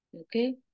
Okay